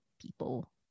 people